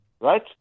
right